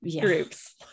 groups